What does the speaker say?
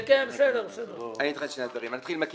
נתחיל קודם מהכיבודים.